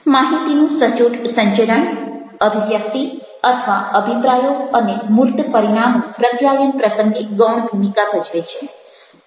માહિતીનું સચોટ સંચરણ અભિવ્યક્તિ અથવા અભિપ્રાયો અને મૂર્ત પરિણામો પ્રત્યાયન પ્રસંગે ગૌણ ભૂમિકા ભજવે છે